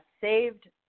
saved